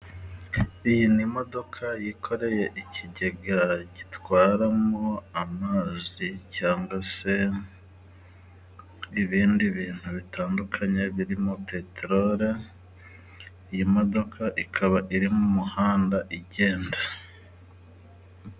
Iyi ni imodoka yikoreye ikigega gitwaramo amazi cyangwa se ibindi bintu bitandukanye birimo peteroli, iyi modoka ikaba iri mu muhanda igenda.